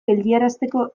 geldiarazteko